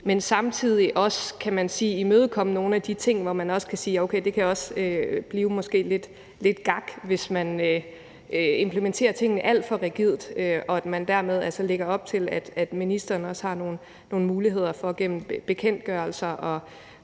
de ting, hvor man kan sige, at det måske kan blive lidt gak, hvis man implementerer tingene alt for rigidt, og at man dermed altså lægger op til, at ministeren også har nogle muligheder for gennem bekendtgørelser at